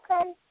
okay